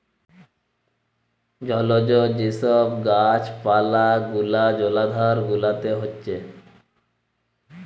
জলজ যে সব গাছ পালা গুলা জলাধার গুলাতে হচ্ছে